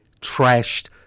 trashed